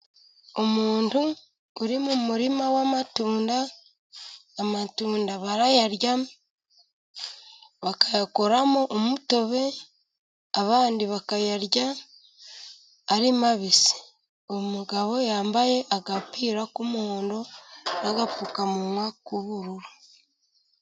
Umuntu uri mu murima w'amatunda. Amatunda barayarya, bakayakoramo umutobe, abandi bakayarya ari mabisi. Umugabo yambaye agapira k'umuhondo, agapfukamunwa k'ubururu.